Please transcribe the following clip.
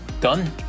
done